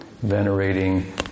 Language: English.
venerating